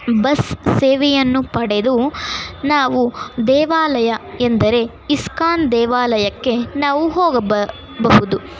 bus ಸೇವೆಯನ್ನು ಪಡೆದು ನಾವು ದೇವಾಲಯ ಎಂದರೆ ಇಸ್ಕಾನ್ ದೇವಾಲಯಕ್ಕೆ ನಾವು ಹೋಗಬಹುದು